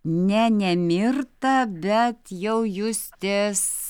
ne ne mirta bet jau justės